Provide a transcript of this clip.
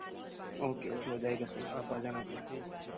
okay okay हो जाएगा sir आप आ जाना कल